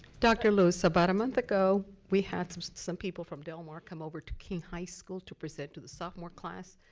dr. lewis, about a month ago we had some some people from del mar come over to king high school to present to the sophomore class.